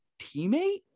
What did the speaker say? teammate